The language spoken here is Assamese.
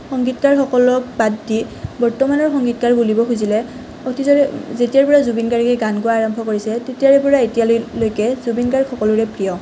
সংগীতকাৰসকলক বাদ দি বৰ্তমানৰ সংগীতকাৰ বুলিব খুজিলে অতীজৰে যেতিয়াৰে পৰা জুবিন গাৰ্গে গান গোৱা আৰম্ভ কৰিছে তেতিয়াৰে পৰা এতিয়ালৈকে জুবিন গাৰ্গ সকলোৰে প্ৰিয়